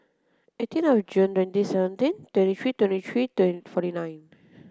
eighteen of June twenty seventeen twenty three twenty three forty nine